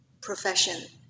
profession